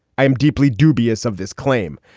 i am deeply dubious of this claim.